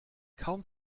kaum